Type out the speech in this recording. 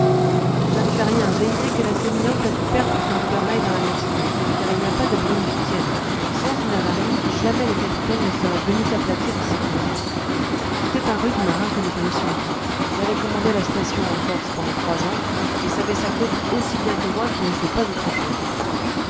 ça ne fait rien j'ai idée que la sémillante a dû perdre son gouvernail dans la matinée car il n'y a pas de brume qui tienne sans une avarie jamais le capitaine ne serait venu s'aplatir ici contre c'était un rude marin que nous connaissions tous il avait commandé la station en corse pendant trois ans et savait sa côte aussi bien que moi qui ne sais pas autre chose